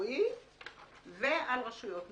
ציבורי ועל רשויות מקומיות.